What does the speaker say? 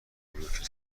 بلوک